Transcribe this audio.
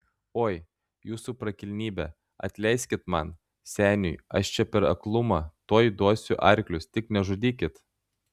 oi jūsų prakilnybe atleiskit man seniui aš čia per aklumą tuoj duosiu arklius tik nežudykit